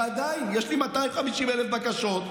ועדיין יש לי 250,000 בקשות,